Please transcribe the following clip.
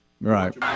Right